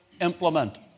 implement